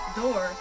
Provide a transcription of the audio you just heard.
door